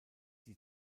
die